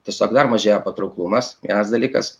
tiesiog dar mažėja patrauklumas vienas dalykas